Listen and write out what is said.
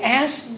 ask